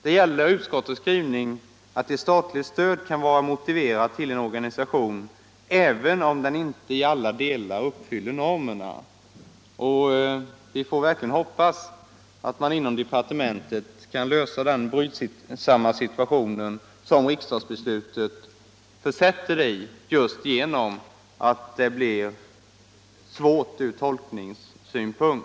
Det gäller utskottets skrivning att ett statligt stöd till en organisation kan vara motiverat, även om den inte i alla delar uppfyller normerna. Vi får verkligen hoppas att man inom departementet kan lösa det brydsamma tolkningsproblem som riksdagsbeslutet försätter det i.